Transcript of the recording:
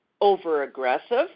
over-aggressive